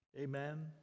Amen